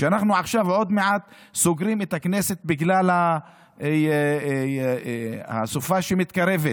אנחנו עוד מעט סוגרים את הכנסת בגלל הסופה שמתקרבת,